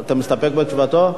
אתה מסתפק בתשובתו?